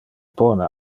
pone